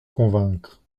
convaincre